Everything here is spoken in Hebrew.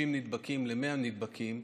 50 נדבקים ל-100 נדבקים,